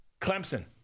Clemson